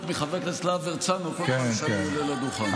מחבר הכנסת להב הרצנו כל פעם שאני עולה לדוכן.